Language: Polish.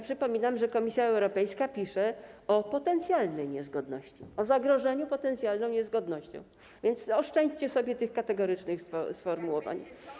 Przypominam, że Komisja Europejska pisze o potencjalnej niezgodności, o zagrożeniu potencjalną niezgodnością, więc oszczędźcie sobie tych kategorycznych sformułowań.